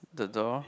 the door